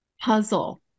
puzzle